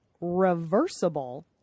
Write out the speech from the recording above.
reversible